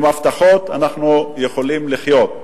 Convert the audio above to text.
עם הבטחות אנחנו יכולים לחיות,